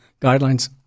guidelines